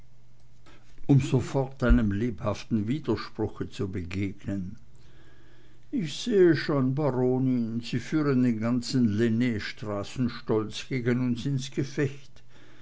um sofort einem lebhaften widerspruche zu begegnen ich sehe schon baronin sie führen den ganzen lennstraßenstolz gegen uns ins gefecht